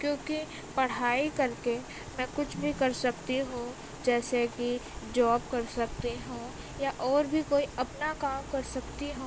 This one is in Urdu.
کیوںکہ پڑھائی کر کے میں کچھ بھی کر سکتی ہوں جیسے کہ جاب کر سکتی ہوں یا اور بھی کوئی اپنا کام کر سکتی ہوں